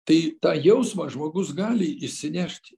tai tą jausmą žmogus gali išsinešt